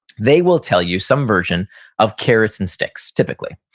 they will tell you some version of carrots and sticks, typically.